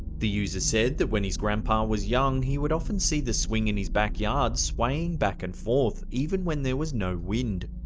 the user said that when his grandpa was young, he would often see the swing in his backyard swaying back and forth, even when there was no wind.